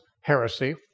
heresy